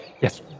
Yes